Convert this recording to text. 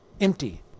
empty